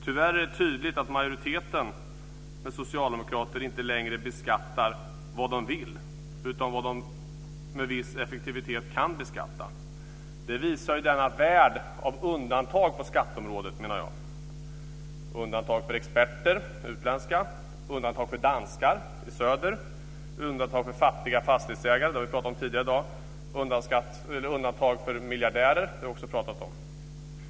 Tyvärr är det tydligt att majoriteten och socialdemokraterna inte längre beskattar vad de vill utan vad de med viss effektivitet kan beskatta. Det visar, menar jag, denna värld av undantag på skatteområdet - undantag för utländska experter; undantag för danskar i söder; undantag för fattiga fastighetsägare, vilket vi har pratat om tidigare i dag; undantag för miljardärer, vilket vi också har pratat om.